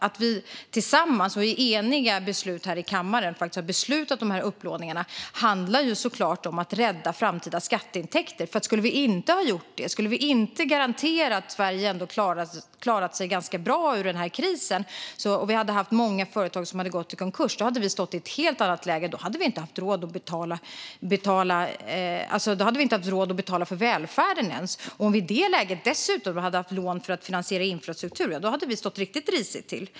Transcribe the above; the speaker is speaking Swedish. Kammaren tog ju eniga beslut om dessa upplåningar för att rädda framtida skatteintäkter. Tack vare detta klarade sig Sverige ganska bra ur krisen. Hade vi inte gjort detta hade många företag gått i konkurs, och då hade vi haft ett helt annat läge och inte haft råd att betala ens för välfärden. Om vi i detta läge dessutom hade haft lån för att finansiera infrastruktur hade vi legat riktigt risigt till.